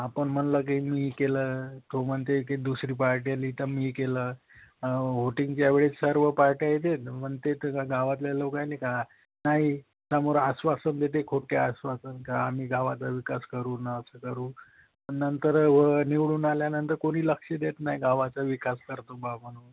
आपण म्हटलं की मी केलं तो म्हणते की दुसरी पार्टी आली तर मी केलं व्होटिंगच्या वेळेस सर्व पार्ट्या येते न म्हणते तर का गावातल्या लोक आहे का नाही समोर आश्वासन देते खोट्या आश्वासन तर का आम्ही गावाचा विकास करू न असं करू नंतर व निवडून आल्यानंतर कोणी लक्ष देत नाही गावाचा विकास करतो बा म्हणून